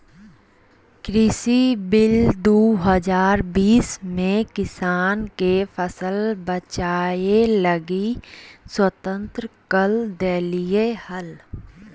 कृषि बिल दू हजार बीस में किसान के फसल बेचय लगी स्वतंत्र कर देल्कैय हल